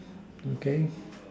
okay